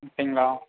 அப்படிங்களா